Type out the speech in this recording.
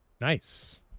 Nice